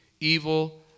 evil